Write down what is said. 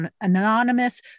anonymous